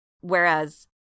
whereas